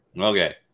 Okay